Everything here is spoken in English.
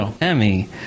Emmy